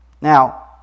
Now